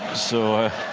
so,